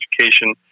education